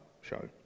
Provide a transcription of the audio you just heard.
show